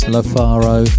Lafaro